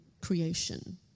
creation